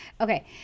Okay